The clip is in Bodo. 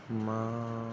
मा